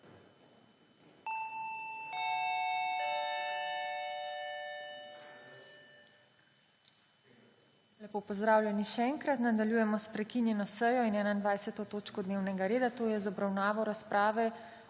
Lepo pozdravljeni še enkrat! Nadaljujemo s prekinjeno sejo in 21. točko dnevnega reda – to je z obravnavo Razprave